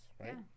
right